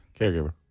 Caregiver